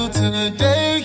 today